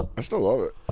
i still love it.